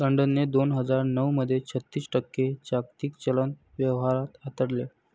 लंडनने दोन हजार नऊ मध्ये छत्तीस टक्के जागतिक चलन व्यवहार हाताळले